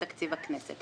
הפסקה 10 דקות.